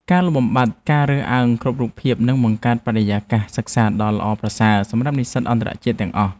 ការលុបបំបាត់ការរើសអើងគ្រប់រូបភាពនឹងបង្កើតបរិយាកាសសិក្សាដ៏ល្អប្រសើរសម្រាប់និស្សិតអន្តរជាតិទាំងអស់។